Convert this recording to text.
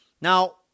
Now